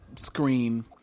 screen